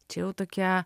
čia jau tokia